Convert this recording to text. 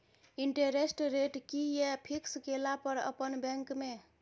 Interest rate कि ये fix केला पर अपन बैंक में?